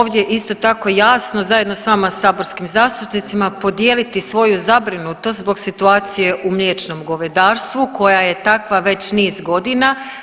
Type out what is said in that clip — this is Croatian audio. ovdje isto tako jasno zajedno s vama saborskim zastupnicima podijeliti svoju zabrinutost zbog situacije u mliječnom govedarstvu koja je takva već niz godina.